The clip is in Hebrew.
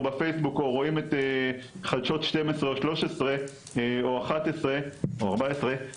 בפייסבוק או רואים את חדשות 12 או 13 או 11 או 14,